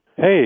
Hey